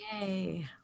yay